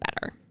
better